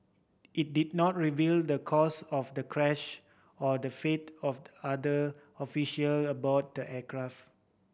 it did not reveal the cause of the crash or the fate of the other official aboard the aircraft